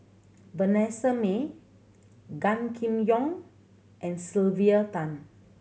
Vanessa Mae Gan Kim Yong and Sylvia Tan